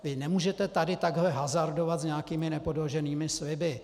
Vy nemůžete tady takto hazardovat s nějakými nepodloženými sliby.